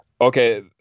Okay